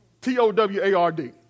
T-O-W-A-R-D